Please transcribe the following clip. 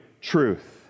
truth